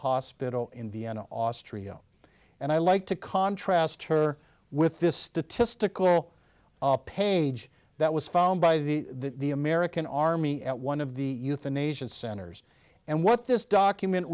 hospital in vienna austria and i like to contrast her with this statistical a page that was found by the american army at one of the euthanasia centers and what this document